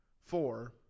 Four